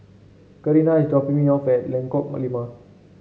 Carina is dropping me off at Lengkok Lima